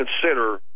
consider